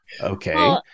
Okay